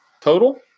total